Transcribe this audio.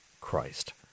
Christ